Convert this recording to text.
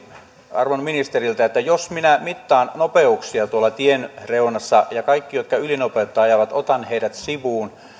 arvon ministeriltä jos minä mittaan nopeuksia tuolla tien reunassa ja kaikki jotka ylinopeutta ajavat otan sivuun